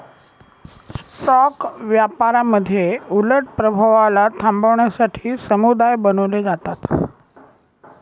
stock व्यापारामध्ये उलट प्रभावाला थांबवण्यासाठी समुदाय बनवले जातात